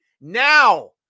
now